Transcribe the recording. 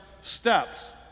steps